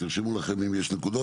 תרשמו לכם אם יש נקודות.